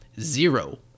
zero